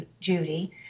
Judy